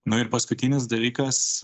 nu ir paskutinis dalykas